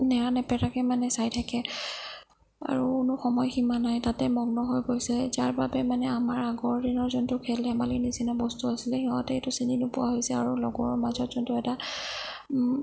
নেৰানেপেৰাকৈ মানে চাই থাকে আৰু কোনো সময়সীমা নাই তাতে মগ্ন হৈ গৈছে যাৰ বাবে মানে আগৰ দিনৰ যোনটো খেল ধেমালিৰ নিচিনা বস্তু আছিলে সিহঁতে সেইটো চিনি নোপোৱা হৈছে আৰু লগৰ মাজত যোনটো এটা